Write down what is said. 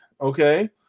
Okay